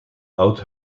oud